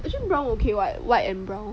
actually brown okay [what] white and brown